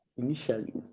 initially